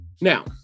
Now